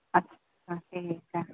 ਅੱਛਾ ਠੀਕ ਹੈ